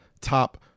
top